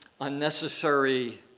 unnecessary